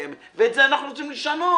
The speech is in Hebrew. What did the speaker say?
ואת זה אנחנו רוצים לשנות,